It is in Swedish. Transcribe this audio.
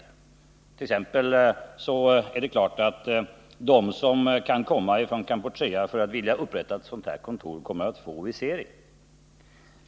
Det är exempelvis klart att de som kan komma från Kampuchea för att upprätta ett sådant här kontor kan få visering.